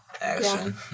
Action